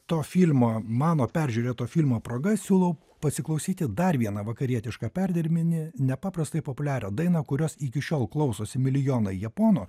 to filmo mano peržiūrėto filmo proga siūlau pasiklausyti dar vieną vakarietišką perdirbinį nepaprastai populiarią dainą kurios iki šiol klausosi milijonai japonų